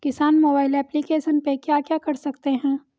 किसान mobile application पे क्या क्या कर सकते हैं?